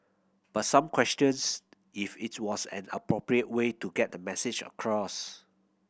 but some questions if it was an appropriate way to get the message across